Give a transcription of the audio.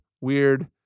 weird